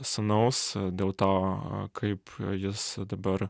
sūnaus dėl to kaip jis dabar